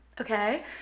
okay